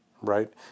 right